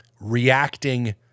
reacting